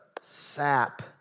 sap